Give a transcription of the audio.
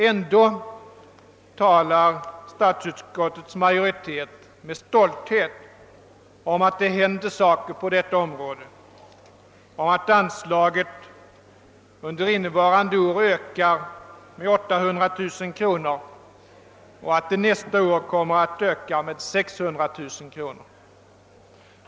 ändå talar utskottsmajoriteten med stolthet om att det händer saker på detta område och påpekar att anslaget under innevarande år ökar med 800 000 kronor och nästa år kommer att öka med 600 000 kronor.